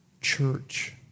Church